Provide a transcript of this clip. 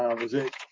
um was it,